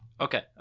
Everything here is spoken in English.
Okay